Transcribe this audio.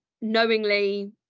knowingly